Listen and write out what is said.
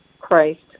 Christ